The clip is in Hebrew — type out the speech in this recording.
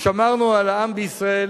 ושמרנו על העם בישראל